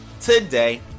today